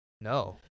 No